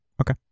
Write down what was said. Okay